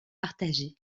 partagé